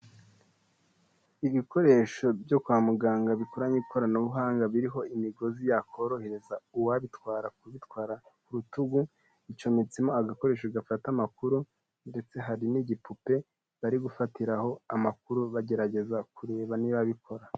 Ibikoresho byo kwa muganga bikoranye ikoranabuhanga biriho imigozi yakorohereza uwabitwara kubitwara ku rutugu icometsemo agakoresho gafata amakuru ndetse hari n'igipupe bari gufatiraho amakuru bagerageza kureba niba abikora.